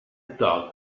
dog